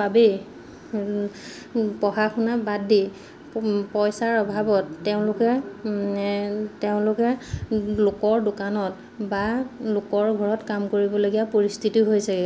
বাবেই পঢ়া শুনা বাদ দি পইচাৰ অভাৱত তেওঁলোকে তেওঁলোকে লোকৰ দোকানত বা লোকৰ ঘৰত কাম কৰিবলগীয়া পৰিস্থিতি হৈছিগৈ